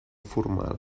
formal